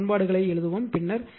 எனவே சமன்பாடுகளை எழுதுவோம்